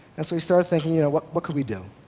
and so we started thinking, you know what what could we do?